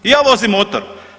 I ja vozim motor.